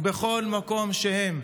ובכל מקום שהם,